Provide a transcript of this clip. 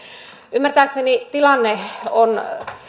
ymmärtääkseni tilanne on